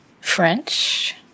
French